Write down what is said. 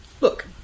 look